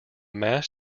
mass